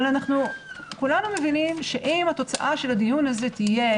אבל כולנו מבינים שאם התוצאה של הדיון הזה תהיה